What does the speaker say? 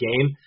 game